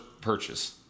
purchase